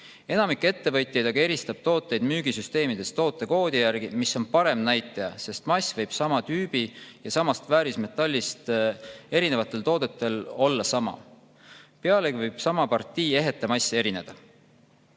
Enamik ettevõtjaid aga eristab tooteid müügisüsteemides tootekoodi järgi, mis on parem näitaja, sest mass võib sama tüüpi ja samast väärismetallist, aga erinevatel toodetel olla sama, pealegi võib sama partii ehete mass erineda.